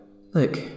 Look